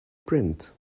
print